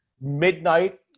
Midnight